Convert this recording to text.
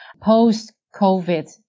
post-COVID